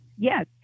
Yes